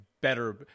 better